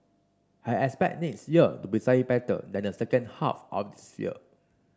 I expect next year to be slightly better than the second half of this year